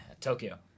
Tokyo